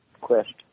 quest